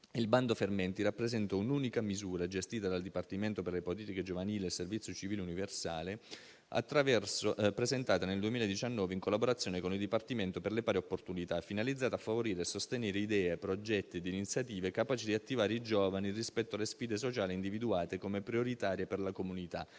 il bando «Fermenti», che rappresenta un'unica misura, gestita dal Dipartimento per le politiche giovanili e il servizio civile universale e presentata nel 2019 in collaborazione con il Dipartimento per le pari opportunità, finalizzata a favorire e a sostenere idee, progetti ed iniziative capaci di attivare i giovani rispetto alle sfide sociali individuate come prioritarie per la comunità;